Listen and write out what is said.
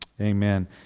Amen